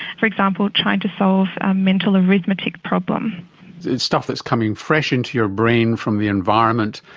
for example, trying to solve ah mental arithmetic problems. it's stuff that's coming fresh into your brain from the environment,